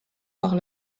par